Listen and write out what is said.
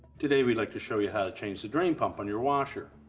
today we'd like to show you how to change the drain pump on your washer.